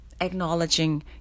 acknowledging